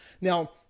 Now